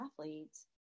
athletes